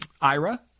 IRA